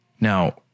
Now